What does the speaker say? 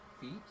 feet